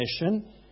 mission